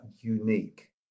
unique